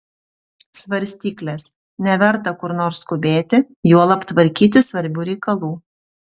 svarstyklės neverta kur nors skubėti juolab tvarkyti svarbių reikalų